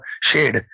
shade